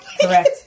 correct